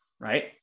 Right